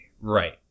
Right